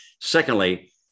Secondly